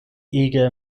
ege